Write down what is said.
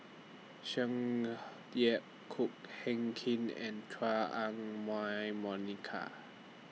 Tsung Yeh Ko Heck Kin and Chua Ah Huwa Monica